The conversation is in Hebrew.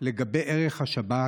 לגבי ערך השבת,